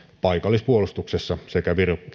paikallispuolustuksessa sekä